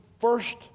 first